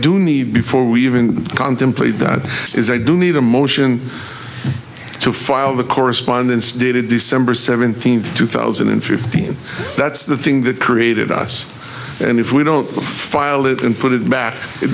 do need before we even contemplate that is i do need a motion to file the correspondence dated december seventeenth two thousand and fifteen that's the thing that created us and if we don't file it and put it back it